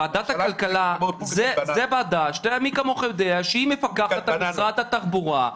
ועדת הכלכלה זו הוועדה שמי כמוך יודע שהיא מפקחת על משרד התחבורה,